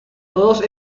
todos